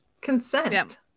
Consent